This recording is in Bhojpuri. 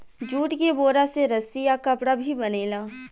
जूट के बोरा से रस्सी आ कपड़ा भी बनेला